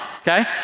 okay